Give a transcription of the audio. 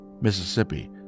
Mississippi